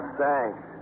thanks